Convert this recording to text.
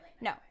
No